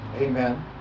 Amen